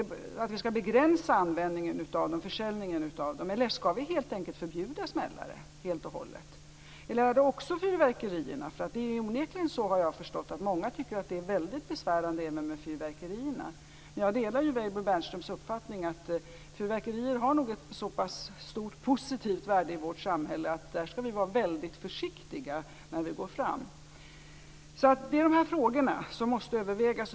Skall försäljningen och användningen begränsas? Skall vi helt enkelt förbjuda smällare? Gäller detta även fyrverkerierna? Det är onekligen så att många upplever fyrverkerierna som mycket besvärande. Jag delar Weibull Bernströms uppfattning att fyrverkerier har ett så pass stort positivt värde i vårt samhälle att vi skall vara försiktiga. Det är dessa frågor som måste övervägas.